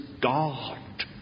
God